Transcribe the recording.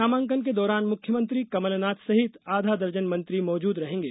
नामांकन के दौरान मुख्यमंत्री कमलनाथ सहित आधा दर्जन मंत्री मौजूद रहेंगे